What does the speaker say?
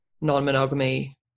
Non-monogamy